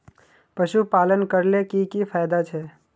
पशुपालन करले की की फायदा छे?